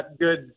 good